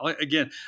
Again